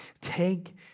take